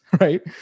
right